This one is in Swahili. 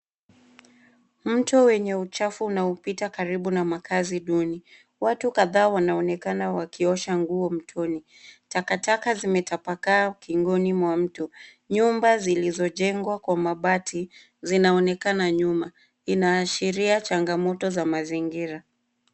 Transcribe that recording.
Mto wenye uchafu unaopita karibu na makazi duni. Watu kadhaa wanaonekana wakiosha nguo mtoni. Takataka zimetapakaa ukingoni mwa mto. Nyumba zilizojengwa kwa mabati zinaonekana nyuma. Inaashiria changamoto za mazingira.